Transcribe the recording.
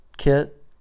kit